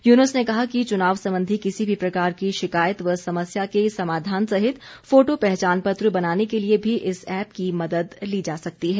युनूस ने कहा कि चुनाव संबंधी किसी भी प्रकार की शिकायत व समस्या के समाधान सहित फोटो पहचान पत्र बनाने के लिए भी इस ऐप की मदद ली जा सकती है